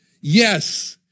Yes